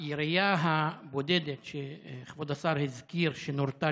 הירייה הבודדת שכבוד השר הזכיר שנורתה